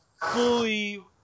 fully